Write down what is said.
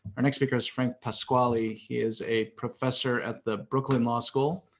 our next speaker is frank pasquale. he is a professor at the brooklyn law school.